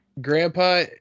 Grandpa